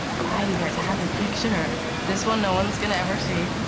why do you guys have this picture? this one, no one's gonna ever see.